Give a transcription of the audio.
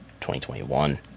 2021